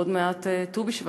עוד מעט ט"ו בשבט,